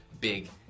big